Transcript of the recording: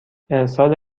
ارسال